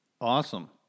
Awesome